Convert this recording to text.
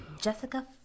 Jessica